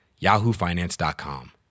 yahoofinance.com